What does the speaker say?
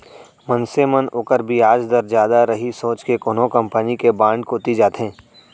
मनसे मन ओकर बियाज दर जादा रही सोच के कोनो कंपनी के बांड कोती जाथें